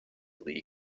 league